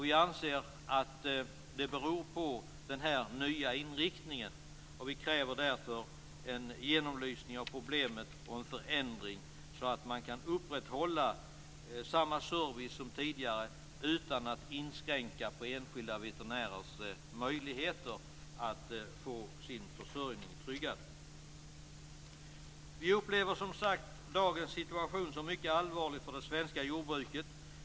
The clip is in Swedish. Vi anser att det beror på den här nya inriktningen och kräver därför en genomlysning av problemet och en förändring så att man kan upprätthålla samma service som tidigare, utan att inskränka på enskilda veterinärers möjligheter att få sin försörjning tryggad. Vi upplever som sagt dagens situation som mycket allvarlig för det svenska jordbruket.